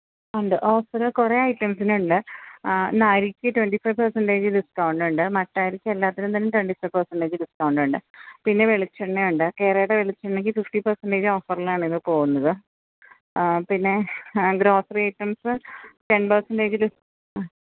ഉണ്ട് ഓഫര് കുറേ ഐറ്റംസിനുണ്ട് ഇന്ന് അരിക്ക് ട്വെന്റി ഫൈവ് പേര്സെന്റെജ് ഡിസ്ക്കൗണ്ട് ഉണ്ട് മട്ടയരിക്കും എല്ലാത്തിനും തന്നെ ട്വെന്റി ഫൈവ് പേര്സെന്റെജ് ഡിസ്ക്കൗണ്ടുണ്ട് പിന്നെ വെളിച്ചെണ്ണയുണ്ട് കേരയുടെ വെളിച്ചെണ്ണയ്ക്ക് ഫിഫ്റ്റി പേര്സെന്റെജ് ഓഫറിലാണ് ഇന്ന് പോകുന്നത് പിന്നെ ഗ്രോസറി ഐറ്റംസ് ടെന് പേര്സെന്റെജില് ആ